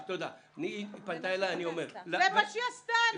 זה מה שהיא עשתה.